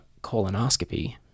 colonoscopy